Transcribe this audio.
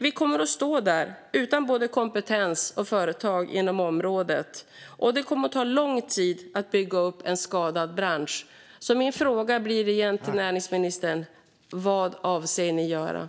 Vi kommer att stå där utan kompetens och företag inom området, och det kommer att ta lång tid att bygga upp en skadad bransch. Min fråga till näringsministern blir igen: Vad avser ni att göra?